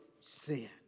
sin